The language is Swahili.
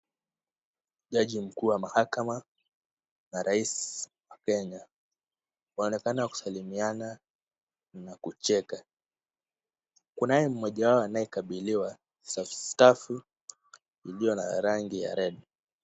Jaji mkuu wa mahakama na rais wa Kenya wanaonekana kusalimiana na kucheka. Kunaye mmoja wao anayekabidhiwa stuff iliyo ya rangi ya red .